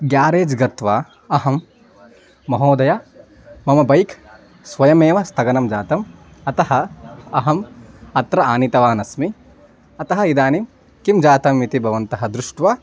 garage गत्वा अहं महोदय मम बैक् स्वयमेव स्थगनं जातम् अतः अहम् अत्र आनीतवानस्मि अतः इदानीं किं जातमिति भवन्तः दृष्ट्वा